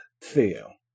Theo